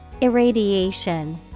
Irradiation